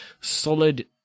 solid